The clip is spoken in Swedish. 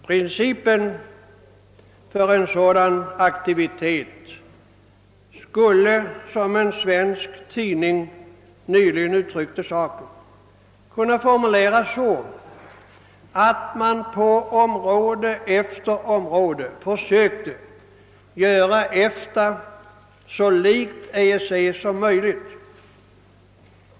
Principen för en sådan «aktivitet skulle, såsom en svensk tidning nyligen uttryckt saken, kunna formuleras så att man på område efter område försökte göra EFTA så likt EEC som möjligt.